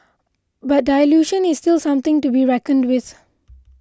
but dilution is still something to be reckoned with